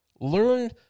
Learn